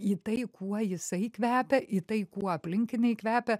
į tai kuo jisai kvepia į tai kuo aplinkiniai kvepia